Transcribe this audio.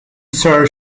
sir